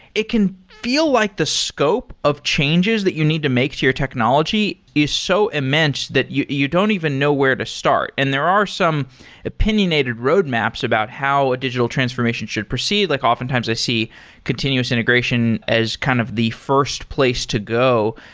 it can feel like the scope of changes that you need to make to your technology is so immense that you you don't even know where to start, and there are some opinionated roadmaps about how a digital transformation should proceed. like often times i see continuous integration as kind of the first place to go.